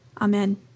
Amen